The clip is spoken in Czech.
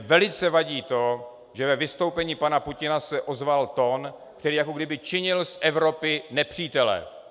Velice mi vadí to, že se ve vystoupení pana Putina ozval tón, který jako kdyby činil z Evropy nepřítele.